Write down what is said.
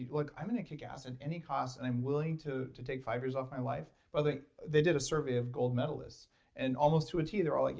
like i'm going to kick ass at any cost and i'm willing to to take five years off my life. but they they did a survey of gold medalists and almost to a t they're all, like